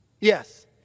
Yes